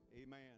Amen